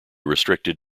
restricted